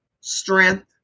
strength